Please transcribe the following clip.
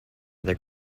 their